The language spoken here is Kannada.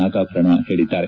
ನಾಗಾಭರಣ ಹೇಳಿದ್ದಾರೆ